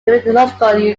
geological